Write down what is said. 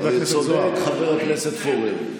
צודק חבר הכנסת פורר.